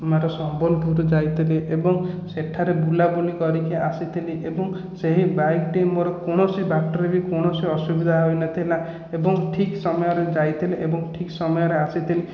ମୁଁ ସମ୍ବଲପୁର ଯାଇଥିଲି ଏବଂ ସେଠାରେ ବୁଲାବୁଲି କରିକି ଆସିଥିଲି ଏବଂ ସେହି ବାଇକ୍ ଟି କୌଣସି ବାଟରେ କୌଣସି ଅସୁବିଧା ହୋଇନଥିଲା ଏବଂ ଠିକ ସମୟରେ ଯାଇଥିଲି ଏବଂ ଠିକ ସମୟରେ ଆସିଥିଲି